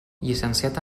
llicenciat